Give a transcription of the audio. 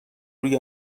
روی